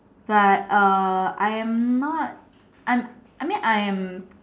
but err I am not I'm mean I am